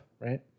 right